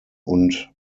und